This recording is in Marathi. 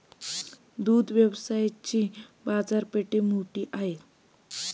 दुग्ध व्यवसायाची बाजारपेठ मोठी आहे